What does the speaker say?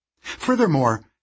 Furthermore